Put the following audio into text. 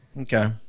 Okay